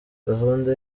gahunda